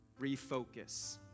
Refocus